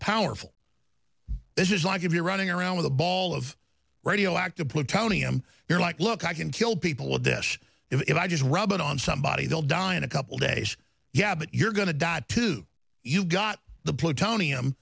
powerful this is like if you're running around with a ball of radioactive plutonium you're like look i can kill people with this if i just rub it on somebody they'll die in a couple days yeah but you're going to die too you've got the plutonium